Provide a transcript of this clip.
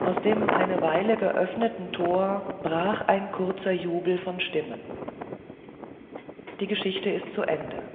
aus dem eine weile geöffneten tor brach ein kurzer jubel von stimmen die geschichte ist zu ende